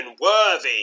worthy